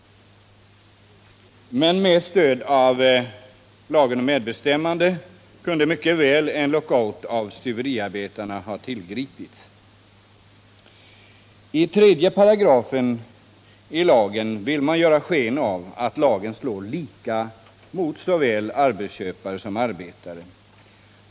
Men med stöd av MBL kunde mycket väl en lockout av stuveriarbetarna ha tillgripits. I 3§ i lagen vill man göra sken av att lagen slår lika mot såväl arbetsköpare som arbetare.